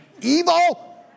evil